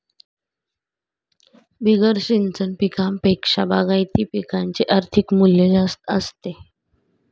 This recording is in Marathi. बिगर सिंचन पिकांपेक्षा बागायती पिकांचे आर्थिक मूल्य जास्त असते